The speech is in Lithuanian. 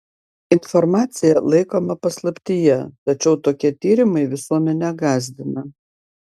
informacija laikoma paslaptyje tačiau tokie tyrimai visuomenę gąsdina